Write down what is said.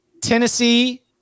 Tennessee